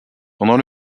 pendant